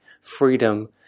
freedom